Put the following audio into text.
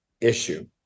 issue